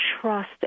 trust